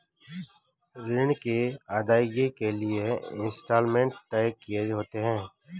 ऋण की अदायगी के लिए इंस्टॉलमेंट तय किए होते हैं